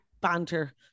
banter